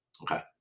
Okay